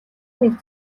нэг